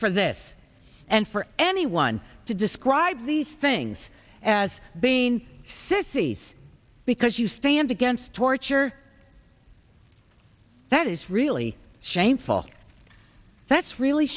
for this and for anyone to describe these things as being sissies because you stand against torture that is really shameful that's really